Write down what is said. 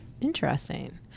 Interesting